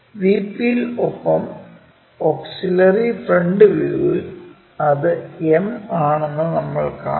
VP യിൽ ഒപ്പം auxiliary front വ്യൂവിൽ അത് m ആണെന്ന് നമ്മൾ കാണും